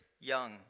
young